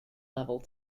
level